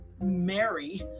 Mary